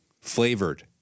flavored